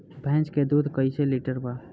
भैंस के दूध कईसे लीटर बा?